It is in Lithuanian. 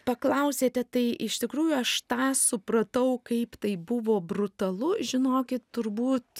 paklausėte tai iš tikrųjų aš tą supratau kaip tai buvo brutalu žinokit turbūt